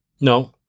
No